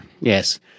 Yes